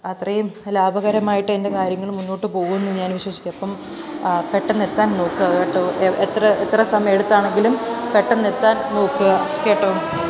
അത്രയും ലാഭകരമായിട്ട് എൻ്റെ കാര്യങ്ങൾ മുന്നോട്ടു പോകുമെന്ന് ഞാൻ വിശ്വസിക്കും അപ്പോള് പെട്ടെന്ന് എത്താൻ നോക്കുക കേട്ടോ എ എത്ര എത്ര സമയം എടുത്താണെങ്കിലും പെട്ടെന്ന് എത്താൻ നോക്കുക കേട്ടോ